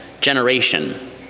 generation